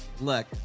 look